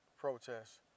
protests